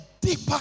deeper